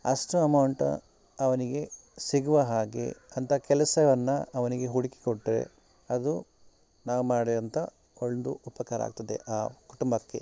ಅಷ್ಟು ಅಮೌಂಟ ಅವನಿಗೆ ಸಿಗುವ ಹಾಗೆ ಅಂಥ ಕೆಲಸವನ್ನು ಅವನಿಗೆ ಹುಡುಕಿ ಕೊಟ್ಟರೆ ಅದು ನಾನು ಮಾಡಿದಂಥ ಒಂದು ಉಪಕಾರ ಆಗ್ತದೆ ಆ ಕುಟುಂಬಕ್ಕೆ